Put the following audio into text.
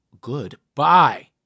Goodbye